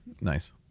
nice